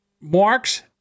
marks